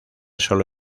sólo